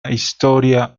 historia